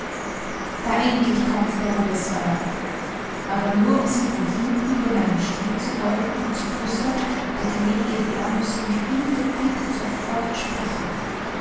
da endlich kommt der rubesoier aber nur um sich von hinten über meinen stuhl zu beugen und zu flüstern der gnädige herr müsse mich unbedingt sofort sprechen